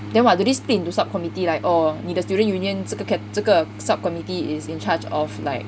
then what do they split into sub committee like 你的 student union 这个 cat~ 这个 sub committee is in charge of like